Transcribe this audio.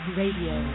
radio